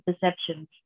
perceptions